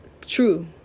true